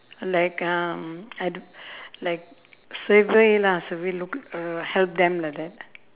like um I do like survey lah survey look uh help them like that